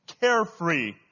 carefree